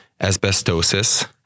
asbestosis